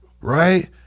Right